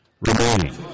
remaining